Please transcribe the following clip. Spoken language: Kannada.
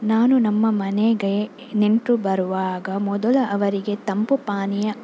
ನಾನು ನಮ್ಮ ಮನೆಗೆ ನೆಂಟರು ಬರುವಾಗ ಮೊದಲು ಅವರಿಗೆ ತಂಪು ಪಾನೀಯ